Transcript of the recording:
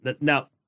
now